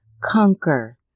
conquer